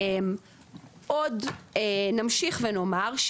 עוד נמשיך ונאמר,